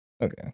okay